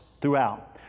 throughout